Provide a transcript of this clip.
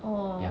orh